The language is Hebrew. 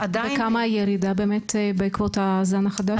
בכמה הירידה באמת בעקבות הזן החדש?